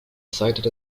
cited